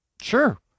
Sure